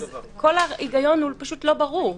אז כל ההיגיון פשוט לא ברור.